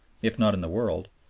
if not in the world,